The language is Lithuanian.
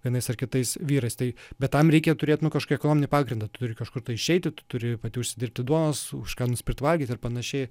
vienais ar kitais vyrais tai bet tam reikia turėt nu kažkokį ekonominį pagrindą turi kažkur tai išeiti tu turi pati užsidirbti duonos už ką nusipirkt valgyt ir panašiai